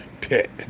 Pit